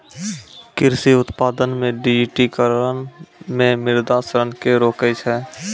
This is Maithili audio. कृषि उत्पादन मे डिजिटिकरण मे मृदा क्षरण के रोकै छै